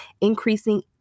increasing